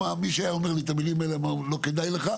מי שהיה אומר לי את המילים האלה "לא כדאי לי",